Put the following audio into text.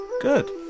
Good